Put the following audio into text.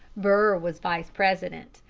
burr was vice-president,